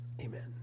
Amen